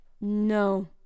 no